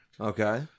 okay